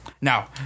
Now